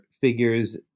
figures